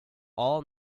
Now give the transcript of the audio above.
all